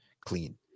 clean